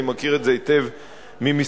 אני מכיר את זה היטב ממשרדי.